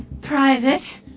private